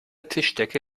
tischdecke